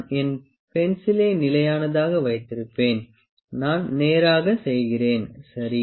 நான் என் பென்சிலை நிலையானதாக வைத்திருப்பேன் நான் நேராக செய்கிறேன் சரி